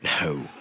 No